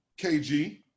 KG